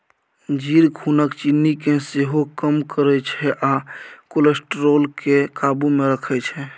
जीर खुनक चिन्नी केँ सेहो कम करय छै आ कोलेस्ट्रॉल केँ काबु मे राखै छै